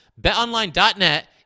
BetOnline.net